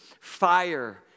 fire